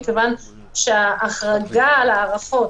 מכיוון שההחרגה היא על ההארכות.